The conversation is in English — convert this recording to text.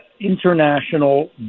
international